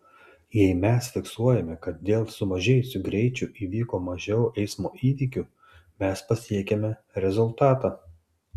jei mes fiksuojame kad dėl sumažėjusių greičių įvyko mažiau eismo įvykių mes pasiekiame rezultatą